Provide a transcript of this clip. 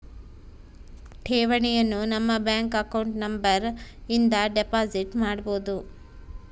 ಠೇವಣಿಯನು ನಮ್ಮ bank account number ಇಂದ ಡೆಪೋಸಿಟ್ ಮಾಡ್ಬೊದು